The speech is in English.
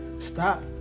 Stop